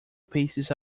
paces